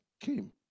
came